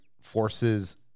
forces